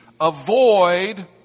avoid